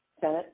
Senate